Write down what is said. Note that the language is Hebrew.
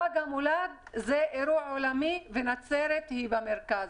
שזה אירוע עולמי ונצרת היא במרכז.